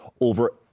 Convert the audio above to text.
over